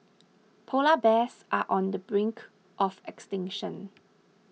Polar Bears are on the brink of extinction